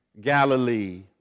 Galilee